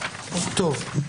טוב.